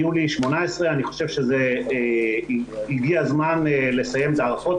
מיולי 2018. אני חושב שהגיע הזמן לסיים את ההארכות.